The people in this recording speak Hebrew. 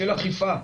של אכיפה.